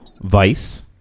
Vice